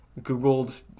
googled